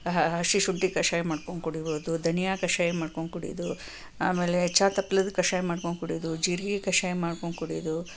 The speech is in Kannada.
ಹಸಿ ಶುಂಠಿ ಕಷಾಯ ಮಾಡ್ಕೊಂಡು ಕುಡಿಬೌದು ಧನಿಯ ಕಷಾಯ ಮಾಡ್ಕೊಂಡು ಕುಡಿದು ಆಮೇಲೆ ಚಹಾ ತಪ್ಲದ ಕಷಾಯ ಮಾಡ್ಕೊಂಡು ಕುಡಿಯುವುದು ಜೀರಿಗೆ ಕಷಾಯ ಮಾಡ್ಕೊಂಡು ಕುಡಿಯುವುದು